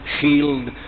shield